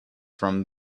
from